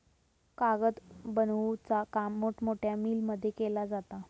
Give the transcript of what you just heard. कागद बनवुचा काम मोठमोठ्या मिलमध्ये केला जाता